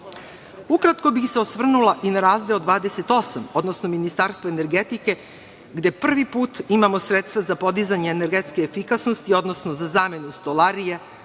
zemlje. Ukratko bih se osvrnula i na razdeo 28, odnosno Ministarstvo energetike, gde prvi put imamo sredstva za podizanje energetske efikasnosti, odnosno za zamenu stolarije,